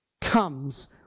comes